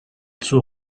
suo